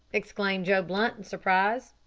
exclaimed joe blunt in surprise.